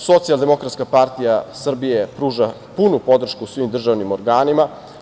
Socijaldemokratska partija Srbije pruža punu podršku svim državnim organima.